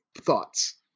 thoughts